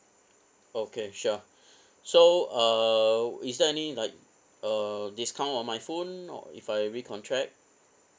okay sure so uh is there any like uh discount on my phone or if I recontract